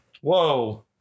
Whoa